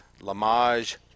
Lamage